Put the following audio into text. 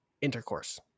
intercourse